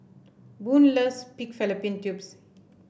Boone loves Pig Fallopian Tubes